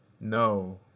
no